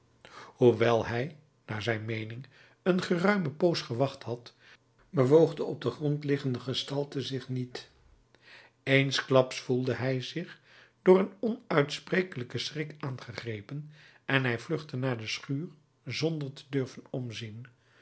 hoewel hij naar zijn meening een geruime poos gewacht had bewoog de op den grond liggende gestalte zich niet eensklaps voelde hij zich door een onuitsprekelijken schrik aangegrepen en hij vluchtte naar de schuur zonder te durven omzien